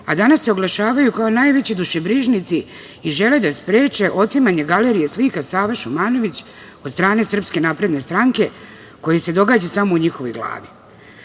a danas se oglašavaju kao najveći dušebrižnici i žele da spreče otimanje galerije slika Save Šumanović od strane SNS koji se događa samo u njihovoj glavi. Dragi